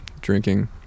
drinking